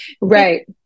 Right